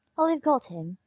well, you've got him.